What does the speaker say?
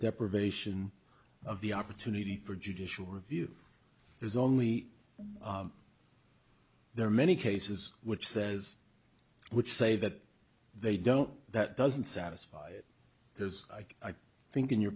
deprivation of the opportunity for judicial review there's only there are many cases which says which say that they don't that doesn't satisfy it because i think in your